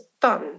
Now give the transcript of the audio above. fun